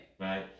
Right